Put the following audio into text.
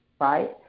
right